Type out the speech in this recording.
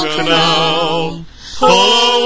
Canal